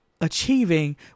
achieving